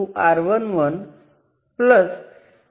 તેથી સંદર્ભ નોડ પહેલાંથી ઉલ્લેખિત હોવો જોઈએ